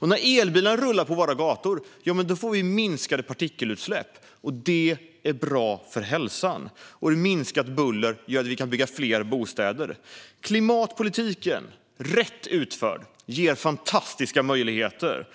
När elbilarna rullar på våra gator får vi också minskade partikelutsläpp. Det är bra för hälsan. Minskat buller gör att vi kan bygga fler bostäder. Klimatpolitiken, rätt utförd, ger fantastiska möjligheter.